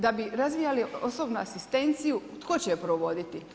Da bi razvijali osobnu asistenciju, tko će je provoditi?